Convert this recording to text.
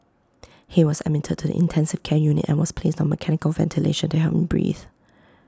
he was admitted to the intensive care unit and was placed on mechanical ventilation to help him breathe